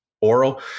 oral